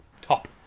top